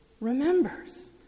remembers